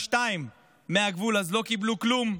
7.2 ק"מ מהגבול, אז לא קיבלו כלום.